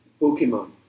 Pokemon